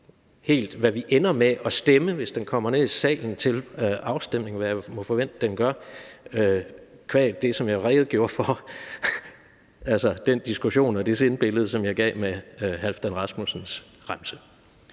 sige, hvad vi ender med at stemme, hvis det kommer ned i salen til afstemning, hvad jeg jo må forvente at det gør, qua det, som jeg redegjorde for, altså den diskussion og det sindbillede, som jeg gav med Halfdan Rasmussens remse.